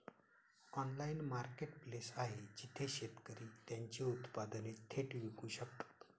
Online marketplace आहे जिथे शेतकरी त्यांची उत्पादने थेट विकू शकतात?